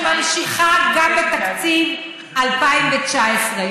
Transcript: שממשיכה גם בתקציב 2019,